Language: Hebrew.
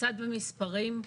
קצת במספרים.